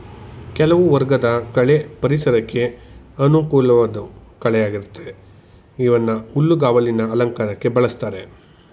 ಕೆಲವು ವರ್ಗದ ಕಳೆ ಪರಿಸರಕ್ಕೆ ಅನುಕೂಲ್ವಾಧ್ ಕಳೆಗಳಾಗಿವೆ ಇವನ್ನ ಹುಲ್ಲುಗಾವಲಿನ ಅಲಂಕಾರಕ್ಕೆ ಬಳುಸ್ತಾರೆ